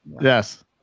yes